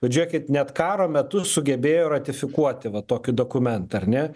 žėkit net karo metu sugebėjo ratifikuoti va tokį dokumentą ar ne